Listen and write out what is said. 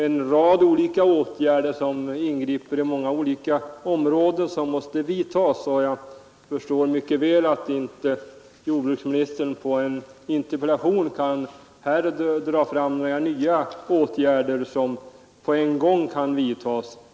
En rad åtgärder som griper in på olika områden måste alltså vidtas, och jag förstår mycket väl att jordbruksministern inte i ett interpellationssvar på en gång kan ange sådana.